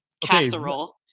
casserole